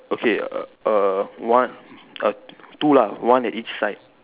okay err err one err two lah one at each side